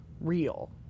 real